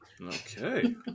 Okay